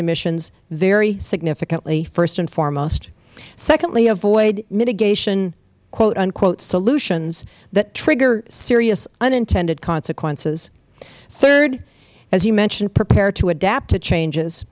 emissions very significantly first and foremost secondly avoid mitigation quote unquote solutions that trigger serious unintended consequences third as you mentioned prepare to adapt to changes